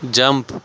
jump